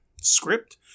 script